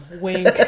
Wink